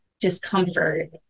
discomfort